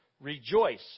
rejoice